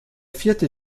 vierte